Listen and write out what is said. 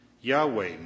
Yahweh